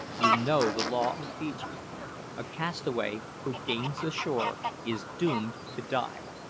you know the law of feejee a castaway who gains the shore is doomed to die.